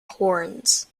horns